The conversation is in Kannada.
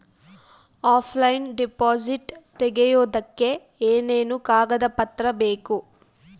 ಆಫ್ಲೈನ್ ಡಿಪಾಸಿಟ್ ತೆಗಿಯೋದಕ್ಕೆ ಏನೇನು ಕಾಗದ ಪತ್ರ ಬೇಕು?